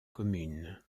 commune